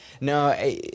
No